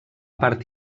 part